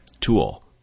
tool